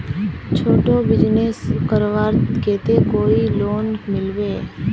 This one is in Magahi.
छोटो बिजनेस करवार केते कोई लोन मिलबे?